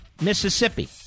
Mississippi